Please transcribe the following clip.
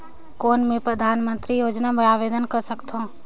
कौन मैं परधानमंतरी योजना बर आवेदन कर सकथव?